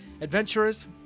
Adventurers